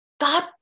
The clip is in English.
God